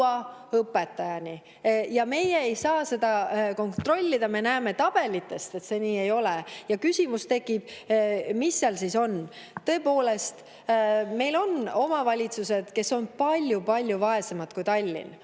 jõua. Meie ei saa seda kontrollida. Me näeme tabelitest, et see nii ei ole, ja tekib küsimus, mis seal siis on. Tõepoolest, meil on omavalitsusi, kes on palju-palju vaesemad kui Tallinn